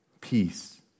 peace